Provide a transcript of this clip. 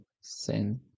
sin